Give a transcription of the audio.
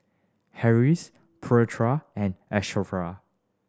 Harris Putra and Asharaff